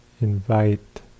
invite